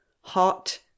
hot